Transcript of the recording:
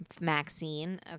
Maxine